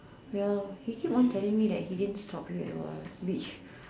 well he keep on telling me that he didn't stop you at all which